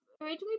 originally